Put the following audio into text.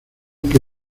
que